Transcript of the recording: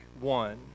one